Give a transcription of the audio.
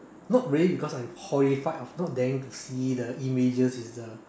not really because I am horrified or not daring to see the images is the